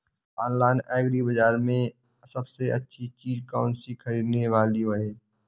Online agri बाजार में सबसे अच्छी चीज कौन सी ख़रीदने वाली है?